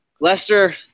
Lester